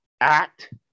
ACT